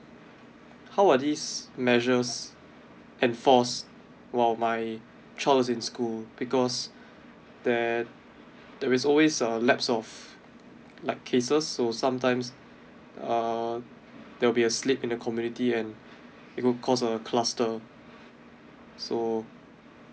how are these measures enforced while my child is in school because there there is always a lapse of like cases so sometimes uh there'll be a slip in the community and it will cause a cluster so